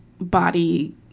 body